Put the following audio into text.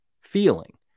feeling